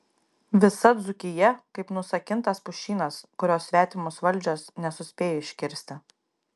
visa dzūkija kaip nusakintas pušynas kurio svetimos valdžios nesuspėjo iškirsti